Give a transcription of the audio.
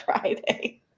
Friday